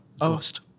ghost